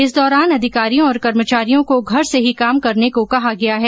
इस दौरान अधिकारियों और कर्मचारियों को घर से ही काम करने को कहा गया है